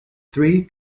three